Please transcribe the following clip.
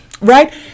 Right